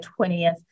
20th